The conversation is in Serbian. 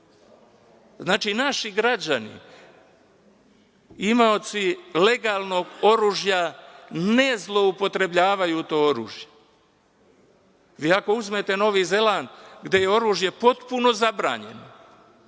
Znači, naši građani, imaoci legalnog oružja, ne zloupotrebljavaju to oružje. Vi, ako uzmete Novi Zeland, gde je oružje potpuno zabranjeno,